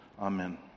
amen